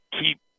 keep